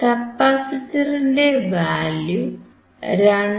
കപ്പാസിറ്ററിന്റെ വാല്യൂ 2